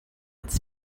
its